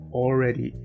already